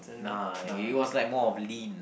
nah he was like more of lean